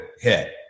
hit